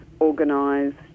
organised